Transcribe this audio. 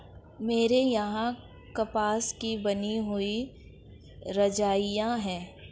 मेरे यहां कपास की बनी हुई रजाइयां है